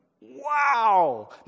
wow